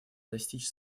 достичь